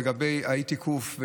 לגבי האי-תיקוף,